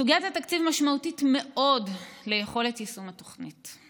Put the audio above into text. סוגיית התקציב משמעותית מאוד ליכולת יישום התוכנית.